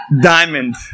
Diamond